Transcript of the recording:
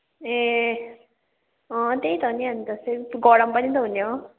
ए अँ त्यही त हो नि अनि त फेरि त्यो गरम पनि त हुने हो